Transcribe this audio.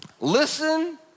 Listen